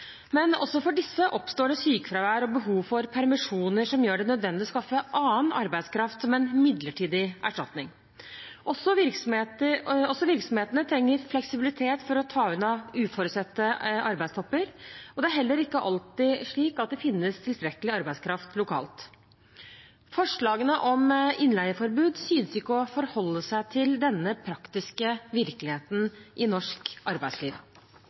Men også for disse oppstår det sykefravær og behov for permisjoner som gjør det nødvendig å skaffe annen arbeidskraft som en midlertidig erstatning. Også virksomhetene trenger fleksibilitet for å ta unna uforutsette arbeidstopper, og det er heller ikke alltid slik at det finnes tilstrekkelig arbeidskraft lokalt. Forslagene om innleieforbud synes ikke å forholde seg til denne praktiske virkeligheten i norsk arbeidsliv.